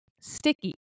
sticky